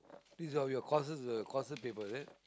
this are your courses the courses paper is it